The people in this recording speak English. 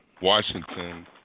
Washington